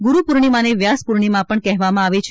ગુરુપૂર્ણિમાને વ્યાસ પૂર્ણિમા પણ કહેવામાં આવે છે